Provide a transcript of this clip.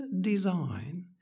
design